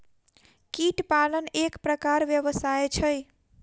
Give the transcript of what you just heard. कीट पालन एक प्रकारक व्यवसाय छै